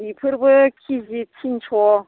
बेफोरबो किजि थिनस'